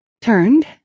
Turned